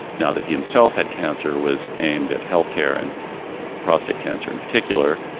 now that he himself had cancer, was aimed at health care and prostate cancer in particular.